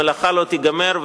המלאכה לא תיגמר,